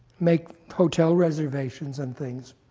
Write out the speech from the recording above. make hotel reservations and things,